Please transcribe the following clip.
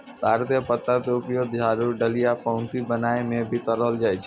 ताड़ के पत्ता के उपयोग झाड़ू, डलिया, पऊंती बनाय म भी करलो जाय छै